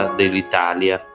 dell'Italia